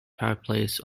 fireplace